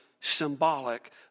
symbolic